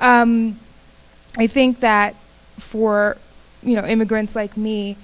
i think that for you know immigrants like me